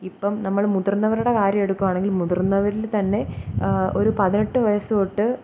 ഇപ്പം നമ്മൾ മുതിർന്നവരുടെ കാര്യം എടുക്കുകയാണെങ്കിൽ മുതിർന്നവരിൽത്തന്നെ ഒരു പതിനെട്ടു വയസ്സു തൊട്ട്